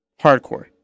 Hardcore